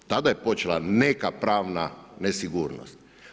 Tada je počela neka pravna nesigurnost.